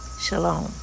Shalom